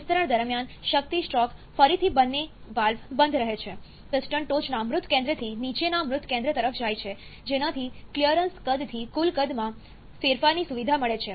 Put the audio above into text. વિસ્તરણ દરમિયાન શક્તિ સ્ટ્રોક ફરીથી બંને વાલ્વ બંધ રહે છે પિસ્ટન ટોચના મૃત કેન્દ્રથી નીચેના મૃત કેન્દ્ર તરફ જાય છે જેનાથી ક્લિયરન્સ કદથી કુલ કદમાં કદમાં ફેરફારની સુવિધા મળે છે